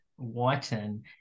whiten